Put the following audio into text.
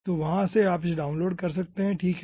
तो वहाँ से आप इसे डाउनलोड कर सकते हैं ठीक है